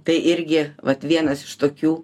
tai irgi vat vienas iš tokių